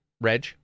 Reg